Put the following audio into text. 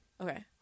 Okay